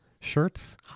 shirts